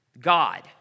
God